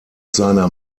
seiner